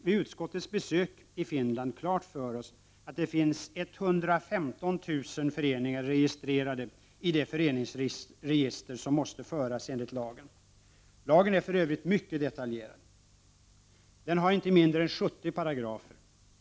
Vid utskottets besök i Finland fick vi klart för oss att det finns 115 000 föreningar registrerade i det föreningsregister som måste föras enligt lagen. Lagen är för övrigt mycket detaljerad. Den har inte mindre än 70 paragrafer.